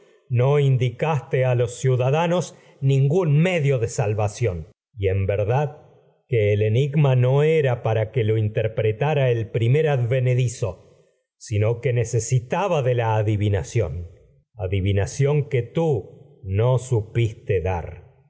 verso indicaste en ver los ciudadanos ningún medio de salvación y no era dad que el enigma para que lo interpretara el adivina primer advenedizo ción sino que necesitaba de la supiste dar adivinación que tú no ni por